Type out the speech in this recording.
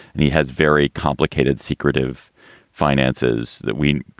and he has very complicated, secretive finances that we